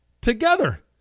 together